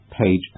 page